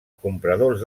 compradors